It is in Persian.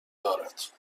دارد